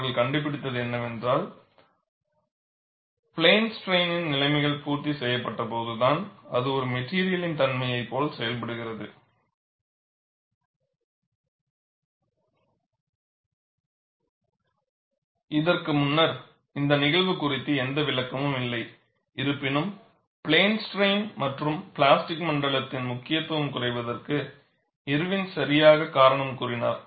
அவர்கள் கண்டுபிடித்தது என்னவென்றால் ஆனால் பிளேன் ஸ்ட்ரைன் நிலைமைகள் பூர்த்தி செய்யப்பட்டபோதுதான் அது ஒரு மெட்டிரியலின் தன்மையை போல செயல்படுகிறது இதற்கு முன்னர் இந்த நிகழ்வு குறித்து எந்த விளக்கமும் இல்லை இருப்பினும் பிளேன் ஸ்ட்ரைன் மற்றும் பிளாஸ்டிக் மண்டலத்தின் முக்கியத்துவம் குறைவதற்கு இர்வின் சரியாக காரணம் கூறினார்